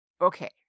Okay